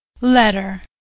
Letter